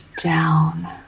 down